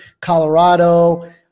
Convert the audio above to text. Colorado